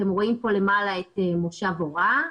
אתם רואים כאן למעלה את מושב אורה,